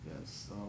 yes